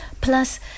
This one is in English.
Plus